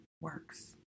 works